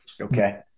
Okay